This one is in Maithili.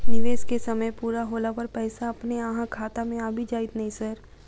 निवेश केँ समय पूरा होला पर पैसा अपने अहाँ खाता मे आबि जाइत नै सर?